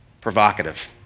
Provocative